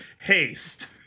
Haste